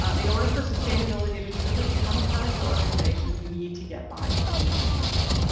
um in order for sustainability to truly become a part of your organization, you need to get buy-in from those people,